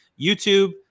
YouTube